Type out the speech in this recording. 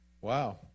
Wow